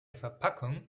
verpackungen